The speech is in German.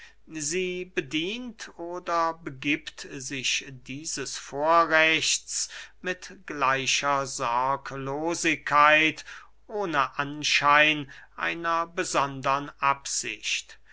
sie bedient oder begiebt sich dieses vorrechts mit gleicher sorglosigkeit ohne anschein einer besondern absicht